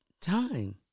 time